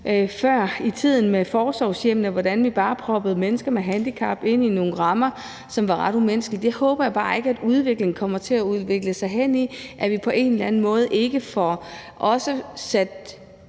før i tiden med forsorgshjemmene bare proppede mennesker med handicap ind i nogle rammer, som var ret umenneskelige. Den retning håber jeg bare ikke det kommer til at udvikle sig hen i, og jeg håber, at vi på en eller anden måde får sat